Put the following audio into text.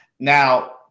Now